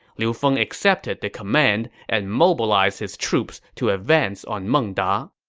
liu feng accepted the command and mobilized his troops to advance on meng da